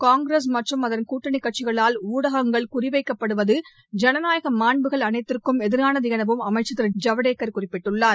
காங்கிரஸ் மற்றும் அதன் கூட்டணி கட்சிகளால் ஊடகங்கள் குறி வைக்கப்படுவது ஜனநாயக மாண்புகள் அனைத்துக்கும் எதிரானது எனவும் அமைச்சர் திரு ஜவடேகர் குறிப்பிட்டுள்ளார்